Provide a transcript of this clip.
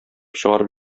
чыгарып